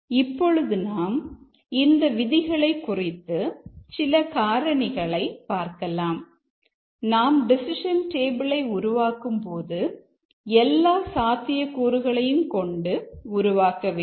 இப்பொழுது நாம் இந்த விதிகளை குறித்து சில காரணிகளை பார்க்கலாம் நாம் டெசிஷன் டேபிளை உருவாக்க வேண்டும்